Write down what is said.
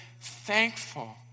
Thankful